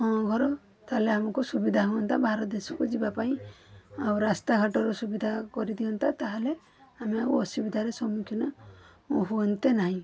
ହଁ ଘର ତା'ହେଲେ ଆମକୁ ସୁବିଧା ହୁଅନ୍ତା ବାହାର ଦେଶକୁ ଯିବା ପାଇଁ ଆଉ ରାସ୍ତାଘାଟର ସୁବିଧା କରିଦିଅନ୍ତେ ତା'ହେଲେ ଆମେ ଆଉ ଅସୁବିଧାର ସମ୍ମୁଖୀନ ହୁଅନ୍ତେ ନାହିଁ